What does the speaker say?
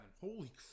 Holy